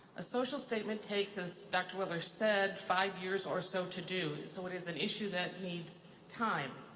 a social statement takes, as dr. willer said, five years or so to do, so it is an issue that needs time.